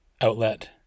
outlet